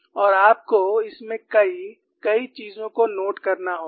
और आपको इसमें कई कई चीजों को नोट करना होगा